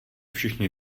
všichni